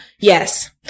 Yes